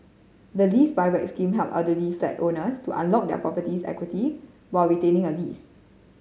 the Lease Buyback Scheme help elderly flat owners to unlock their property's equity while retaining a lease